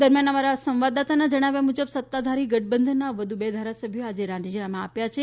દરમિયાન અમારા સંવાદદાતાના જણાવ્યા મુજબ સત્તાધારી ગઠબંધનના વધુ બે ધારાસભ્યોએ આજે રાજીનામા આપ્યા છે